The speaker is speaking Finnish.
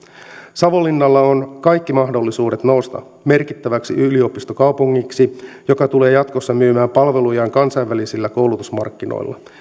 savonlinnalla on kaikki mahdollisuudet nousta merkittäväksi yliopistokaupungiksi joka tulee jatkossa myymään palvelujaan kansainvälisillä koulutusmarkkinoilla